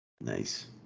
Nice